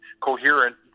coherent